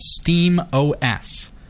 steamOS